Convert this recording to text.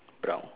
brown